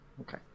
Okay